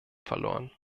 verloren